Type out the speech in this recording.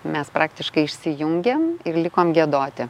mes praktiškai išsijungėm ir likom giedoti